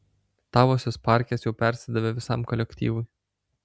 tavosios parkės jau persidavė visam kolektyvui